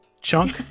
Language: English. chunk